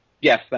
Yes